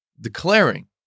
declaring